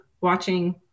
watching